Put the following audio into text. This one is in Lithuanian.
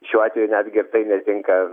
šiuo atveju netgi ir tai netinka